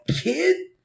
kid